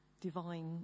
divine